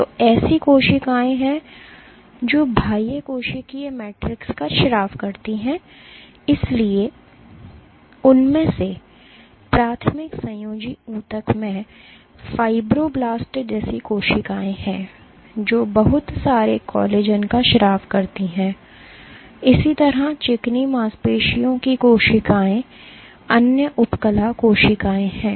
तो ऐसी कोशिकाएं हैं जो बाह्य कोशिकीय मैट्रिक्स का स्राव करती हैं इसलिए उनमें से प्राथमिक संयोजी ऊतक में फाइब्रोब्लास्ट जैसी कोशिकाएं हैं जो बहुत सारे कोलेजन का स्राव करती हैं इसी तरह चिकनी मांसपेशियों की कोशिकाएं अन्य उपकला कोशिकाएं हैं